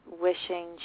wishing